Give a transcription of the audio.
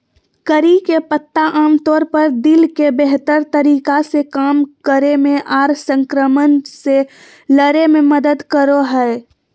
करी के पत्ता आमतौर पर दिल के बेहतर तरीका से काम करे मे आर संक्रमण से लड़े मे मदद करो हय